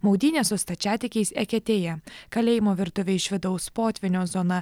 maudynės su stačiatikiais eketėje kalėjimo virtuvė iš vidaus potvynio zona